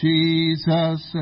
Jesus